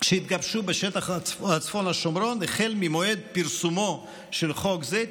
שיתגבשו בשטח בצפון השומרון החל ממועד פרסומו של חוק זה,